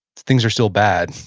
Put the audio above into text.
things are still bad,